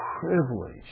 privilege